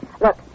Look